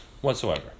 whatsoever